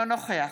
אינו נוכח